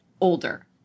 older